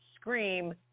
scream